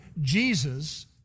Jesus